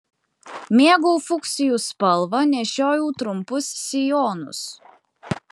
mėgau fuksijų spalvą nešiojau trumpus sijonus